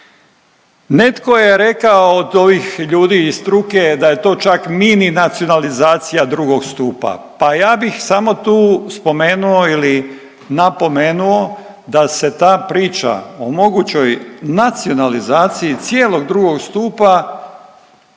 Netko je rekao od ovih ljudi iz struke da je to čak mini nacionalizacija II. stupa. Pa ja bih samo tu spomenuo ili napomenuo da se ta priča o mogućoj nacionalizaciji cijelog II. stupa